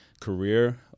career